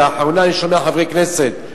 ולאחרונה אני שומע חברי כנסת: